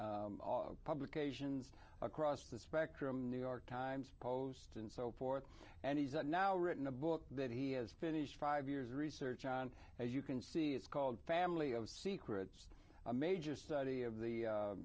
fair publications across the spectrum new york times post and so forth and he's now written a book that he has finished five years research on as you can see it's called family of secrets a major study of the